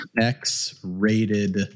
X-rated